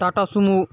Tata Sumu